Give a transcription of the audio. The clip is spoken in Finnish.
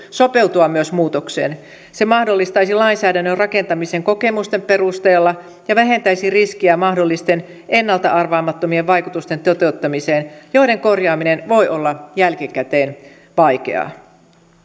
sopeutua muutokseen se mahdollistaisi lainsäädännön rakentamisen kokemusten perusteella ja vähentäisi riskiä mahdollisten ennalta arvaamattomien vaikutusten toteutumiseen joiden korjaaminen voi olla jälkikäteen vaikeaa